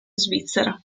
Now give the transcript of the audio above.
svizzera